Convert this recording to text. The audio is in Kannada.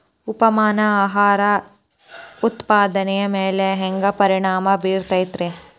ತಾಪಮಾನ ಆಹಾರ ಉತ್ಪಾದನೆಯ ಮ್ಯಾಲೆ ಹ್ಯಾಂಗ ಪರಿಣಾಮ ಬೇರುತೈತ ರೇ?